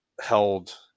held